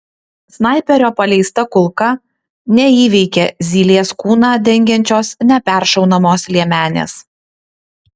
snaiperio paleista kulka neįveikia zylės kūną dengiančios neperšaunamos liemenės